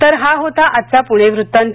तर हा होता आजचा पुणे वृत्तांत